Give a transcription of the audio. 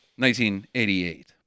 1988